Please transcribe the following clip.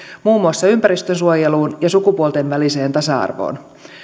muun muassa ympäristönsuojeluun ja sukupuolten väliseen tasa arvoon